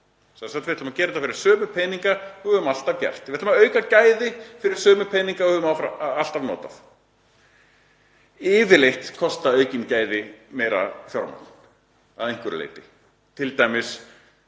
sagt: Við ætlum að gera þetta fyrir sömu peninga og við höfum alltaf gert. Við ætlum að auka gæði fyrir sömu peninga og við höfum alltaf notað. Yfirleitt kosta aukin gæði meira fjármagn að einhverju leyti, t.d.